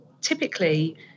typically